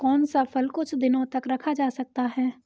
कौन सा फल कुछ दिनों तक रखा जा सकता है?